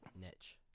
niche